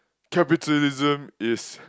capitalism is